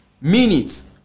minutes